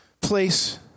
Place